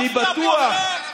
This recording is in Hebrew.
זאת דמגוגיה בגרוש.